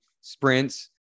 sprints